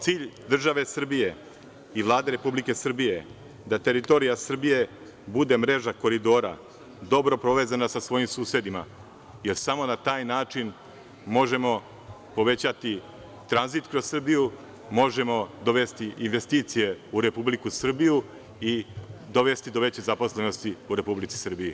Cilj države Srbije i Vlade Republike Srbije je da teritorija Srbije bude mreža koridora dobro povezana sa svojim susedima, jer samo na taj način možemo povećati tranzit kroz Srbiju, možemo dovesti investicije u Republiku Srbiju i dovesti do veće zaposlenosti u Republici Srbiji.